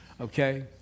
Okay